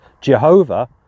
jehovah